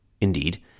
Indeed